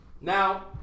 Now